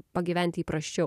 pagyventi įprasčiau